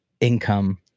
income